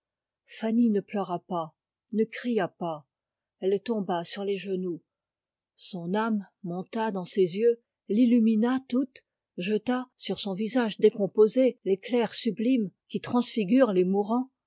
fanny ne pleura pas ne cria pas elle tomba sur les genoux son âme monta dans ses yeux l'illumina toute jeta sur son visage décomposé l'éclair sublime qui transfigure les mourants